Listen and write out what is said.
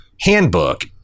Handbook